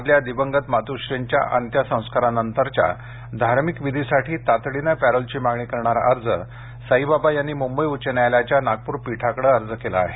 आपल्या दिवंगत मातुःश्रींच्या अंत्यसंस्कारानंतरच्या धार्मिक विधीसाठी तातडीने पॅरोलची मागणी करणारा अर्ज साईबाबा यांनी मुंबई उच्च न्यायालयाच्या नागपूर पीठाकडे अर्ज केला आहे